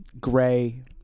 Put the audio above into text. gray